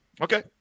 okay